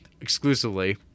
Exclusively